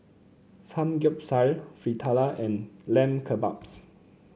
Samgeyopsal Fritada and Lamb Kebabs